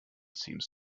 seems